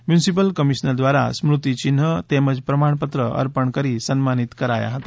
municipal commissioner દ્વારા સ્મૃતિચિન્ઠ તેમજ પ્રમાણપત્ર અર્પણ કરી સન્માનિત કરાયા હતા